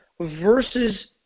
versus